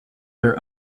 their